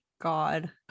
God